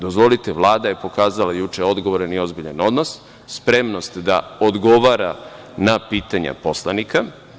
Dozvolite, Vlada je pokazala juče odgovoran i ozbiljan odnos, spremnost da odgovara na pitanja poslanika.